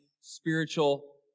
spiritual